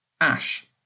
Ash